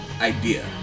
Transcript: idea